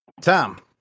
Tom